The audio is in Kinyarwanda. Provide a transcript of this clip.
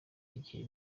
igihe